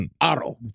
aro